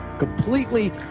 completely